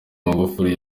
magufuli